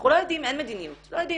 אנחנו לא יודעים, אין מדיניות, לא יודעים.